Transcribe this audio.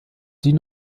die